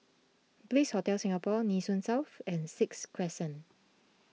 Bliss Hotel Singapore Nee Soon South and Sixth Crescent